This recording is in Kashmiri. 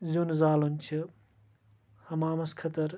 زیُن زالُن چھُ حمامَس خٲطرٕ